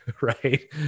Right